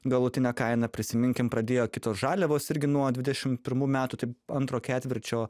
galutinę kainą prisiminkim pradėjo kitos žaliavos irgi nuo dvidešimt pirmų metų antro ketvirčio